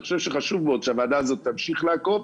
אני חושב שחשוב מאוד שהוועדה הזאת תמשיך לעקוב,